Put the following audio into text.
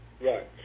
Right